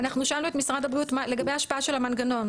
שאלנו את משרד הבריאות לגבי ההשפעה של המנגנון,